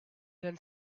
then